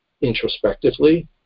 introspectively